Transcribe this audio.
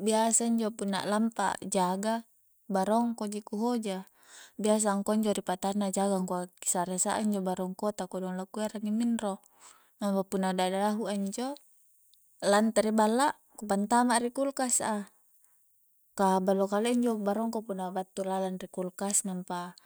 biasa injo punna lampa a'jaga barongko ji ku hoja biasa angkua injo ri patanna jaga angkua ki sare saia injo barongko ta kodong la ku erangi minro nampa punna na dahua injo lante ri balla ku pantama ri kulkas a ka ballo kalia injo barongko punna battu lalang ri kulkas nampa